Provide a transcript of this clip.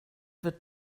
wird